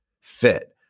fit